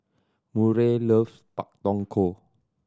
Murray loves Pak Thong Ko